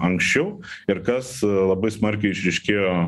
anksčiau ir kas labai smarkiai išryškėjo